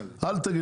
אל תגיד.